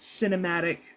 cinematic